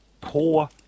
poor